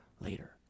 later